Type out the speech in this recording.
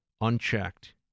unchecked